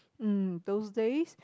mm those days